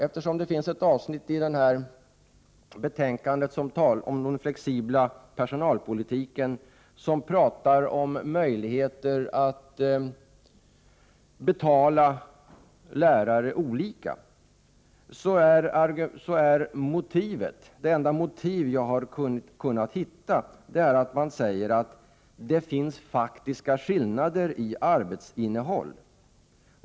Det finns ett avsnitt i betänkandet om den flexibla personalpolitiken där det talas om möjligheter att betala lärare olika, och det enda motivet jag har kunnat hitta är att det står att det finns faktiska skillnader i arbetsinnehåll.